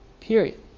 Period